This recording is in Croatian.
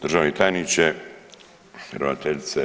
Državni tajniče, ravnateljice